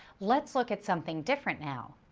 let's look at something different, now.